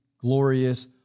glorious